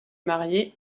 marié